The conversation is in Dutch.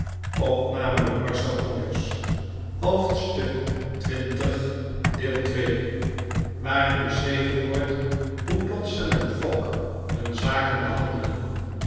waarin beschreven wordt hoe dodson en fogg hun zaken behandelden